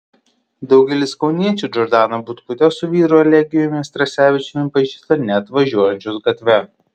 daugelis kauniečių džordaną butkutę su vyru elegijumi strasevičiumi pažįsta net važiuojančius gatve